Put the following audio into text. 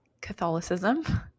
Catholicism